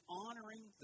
honoring